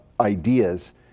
ideas